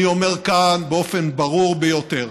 אני אומר כאן באופן הברור ביותר,